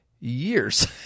years